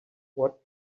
what